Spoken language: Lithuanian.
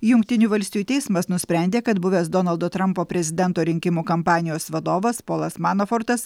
jungtinių valstijų teismas nusprendė kad buvęs donaldo trampo prezidento rinkimų kampanijos vadovas polas manafortas